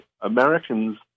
Americans